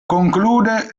conclude